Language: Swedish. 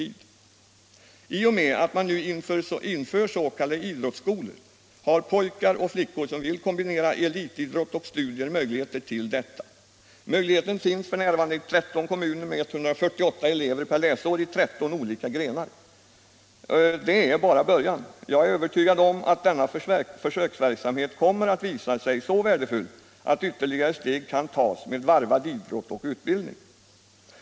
I och med att man nu inför s.k. idrottsskolor har pojkar och flickor som vill kombinera elitidrott och studier möjlighet till detta. Möjligheten finns f.n. i 13 kommuner med 148 elever per läsår i 13 olika grenar. Det är bara början. Jag är övertygad om att denna försöksverksamhet kommer att visa sig så värdefull att ytterligare steg kan tas med varvad idrott och utbildning.